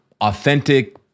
authentic